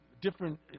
different